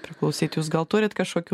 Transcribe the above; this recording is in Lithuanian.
priklausyt jūs gal turit kažkokių